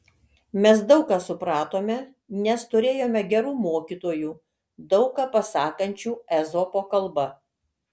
mes daug ką supratome nes turėjome gerų mokytojų daug ką pasakančių ezopo kalba